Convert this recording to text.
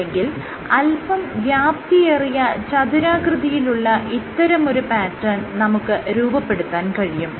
അല്ലെങ്കിൽ അല്പം വ്യാപ്തിയേറിയ ചതുരാകൃതിയിലുള്ള ഇത്തരമൊരു പാറ്റേൺ നമുക്ക് രൂപപ്പെടുത്താൻ കഴിയും